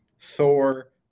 Thor